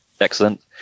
excellent